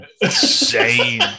insane